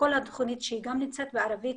כל התוכנית שגם נמצאת בערבית,